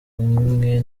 kumwe